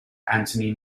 anthony